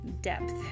depth